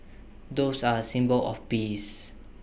doves are A symbol of peace